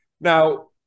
Now